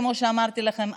כמו שאמרתי לכם,